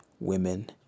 Women